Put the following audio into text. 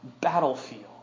battlefield